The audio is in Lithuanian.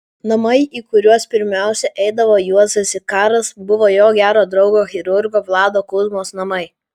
namai į kuriuos pirmiausia eidavo juozas zikaras buvo jo gero draugo chirurgo vlado kuzmos namai